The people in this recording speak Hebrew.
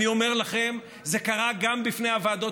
ואני אומר לכם: זה קרה גם בפני הוועדות